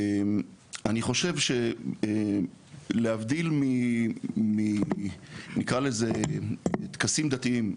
אני חושב שלהבדיל, נקרא לזה, טקסים דתיים,